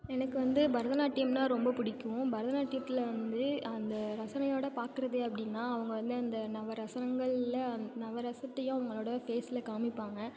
எனக்கு வந்து பரதநாட்டியம்னால் ரொம்ப பிடிக்கும் பரதநாட்டியத்தில் வந்து அந்த ரசனையோடு பார்க்குறது அப்படின்னா அவங்க வந்து அந்த நவரசனங்களில் நவரசத்தையும் அவங்களோட ஃபேஸில் காமிப்பாங்க